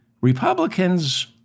Republicans